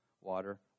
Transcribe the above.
water